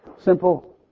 Simple